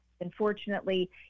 Unfortunately